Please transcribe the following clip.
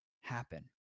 happen